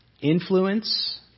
influence